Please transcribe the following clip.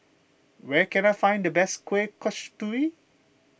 where can I find the best Kueh Kasturi